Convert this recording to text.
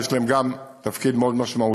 גם להם יש תפקיד מאוד משמעותי,